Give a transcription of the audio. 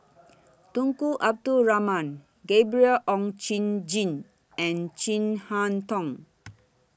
Tunku Abdul Rahman Gabriel Oon Chong Jin and Chin Harn Tong